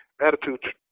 attitude